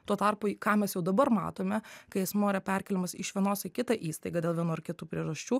tuo tarpu ką mes jau dabar matome kai asmuo yra perkeliamas iš vienos į kitą įstaigą dėl vienų ar kitų priežasčių